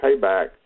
payback